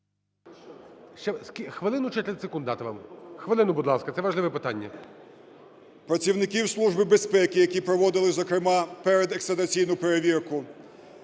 Хвилину, будь ласка, це важливе питання. ЛУЦЕНКО Ю.В. …працівників Служби безпеки, які проводили, зокрема, передекстрадиційну перевірку.